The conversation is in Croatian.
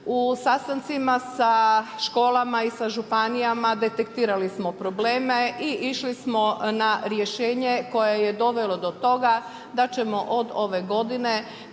U sastancima sa školama i sa županijama detektirali smo probleme i išli smo na rješenje koje je dovelo do toga da ćemo od ove godine